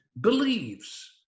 believes